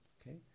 Okay